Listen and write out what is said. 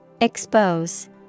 Expose